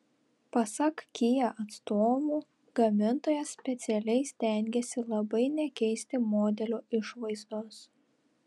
pasak kia atstovų gamintojas specialiai stengėsi labai nekeisti modelio išvaizdos